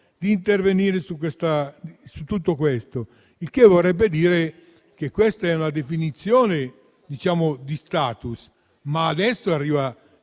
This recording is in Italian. di intervenire su tutto questo. Ciò vorrebbe dire che questa è una definizione di *status*, ma adesso arrivano